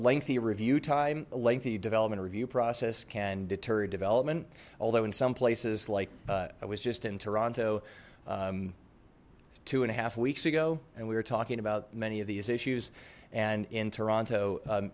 lengthy review time lengthy development review process can deter development although in some places like i was just in toronto two and a half weeks ago and we were talking about many of these issues and in toronto